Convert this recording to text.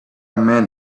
man